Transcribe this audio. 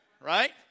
right